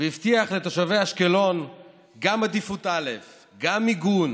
והבטיח לתושבי אשקלון גם עדיפות א', גם מיגון